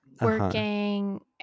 working